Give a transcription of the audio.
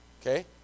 Okay